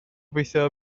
gobeithio